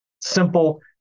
Simple